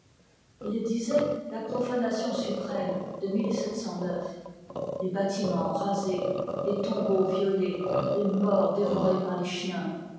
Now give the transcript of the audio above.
il disait la profanation suprême de les bâtiments rasés les tombeaux violés les morts dévorés par les chiens